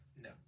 No